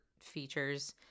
features